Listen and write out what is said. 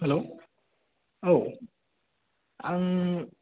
हेल' औ आं